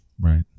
Right